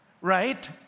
right